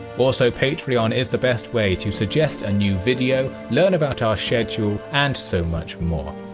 also patreon is the best way to suggest a new video, learn about our schedule and so much more.